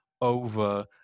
over